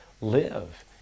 live